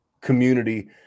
community